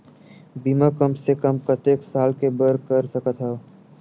बीमा कम से कम कतेक साल के बर कर सकत हव?